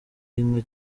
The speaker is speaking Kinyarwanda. y’inka